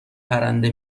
پرنده